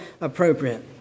appropriate